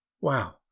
Wow